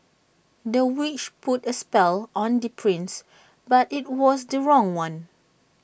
the witch put A spell on the prince but IT was the wrong one